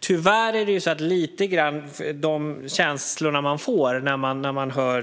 Tyvärr är det samma känslor man får när man hör